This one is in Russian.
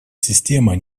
система